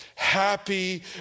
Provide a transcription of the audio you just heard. Happy